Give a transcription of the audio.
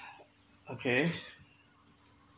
okay